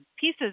pieces